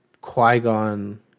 Qui-Gon